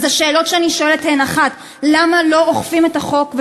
אז השאלות שאני שואלת הן: 1. למה לא אוכפים את החוק?